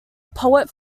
poet